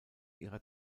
ihrer